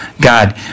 God